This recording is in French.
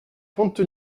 compte